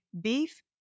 beef